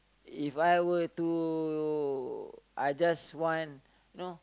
If I were to I just want you know